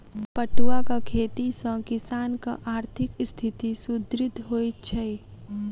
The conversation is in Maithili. पटुआक खेती सॅ किसानकआर्थिक स्थिति सुदृढ़ होइत छै